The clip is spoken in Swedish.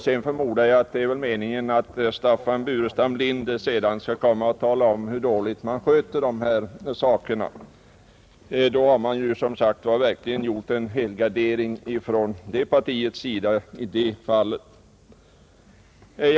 Sedan, förmodar jag, är det meningen att Staffan Burenstam Linder skall komma och tala om hur dåligt staten sköter de här sakerna, Då har man som sagt verkligen gjort en helgardering från det partiets sida.